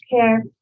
care